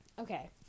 Okay